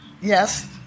Yes